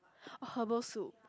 herbal soup